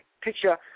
picture